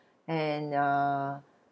and uh